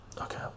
Okay